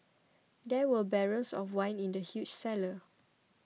there were barrels of wine in the huge cellar